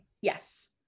Yes